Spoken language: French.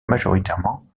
majoritairement